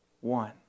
one